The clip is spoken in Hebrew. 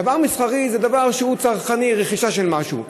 דבר מסחרי זה דבר שהוא צרכני, רכישה של משהו.